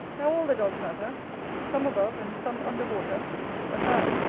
now all the dogs have her some above and some under water but,